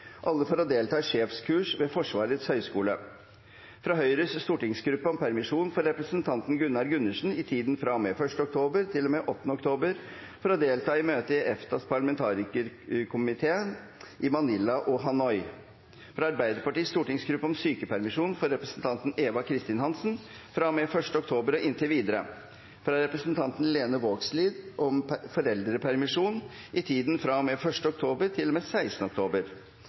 for å delta i sjefskurs ved Forsvarets høgskole fra Høyres stortingsgruppe om permisjon for representanten Gunnar Gundersen i tiden fra og med 1. oktober til og med 8. oktober for å delta i møte i EFTA-parlamentarikerkomiteene i Manila og Hanoi fra Arbeiderpartiets stortingsgruppe om sykepermisjon for representanten Eva Kristin Hansen fra og med 1. oktober og inntil videre fra representanten Lene Vågslid om foreldrepermisjon i tiden fra og med 1. oktober